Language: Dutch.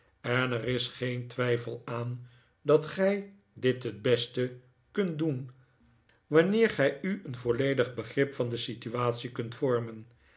en er is geen twijfel aan dat gij dit t beste kunt doen wanneer gij u een volledig begrip van de situatie kunt vormen